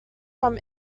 from